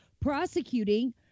prosecuting